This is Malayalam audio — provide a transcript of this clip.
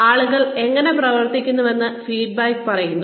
ആളുകൾ എങ്ങനെ പ്രവർത്തിക്കുന്നുവെന്ന് ഫീഡ്ബാക്ക് പറയുന്നു